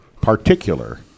particular